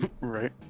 Right